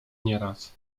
nieraz